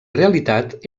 realitat